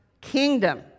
kingdom